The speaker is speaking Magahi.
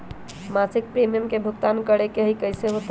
मासिक प्रीमियम के भुगतान करे के हई कैसे होतई?